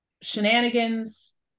shenanigans